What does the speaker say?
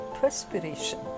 perspiration